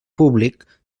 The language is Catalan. públic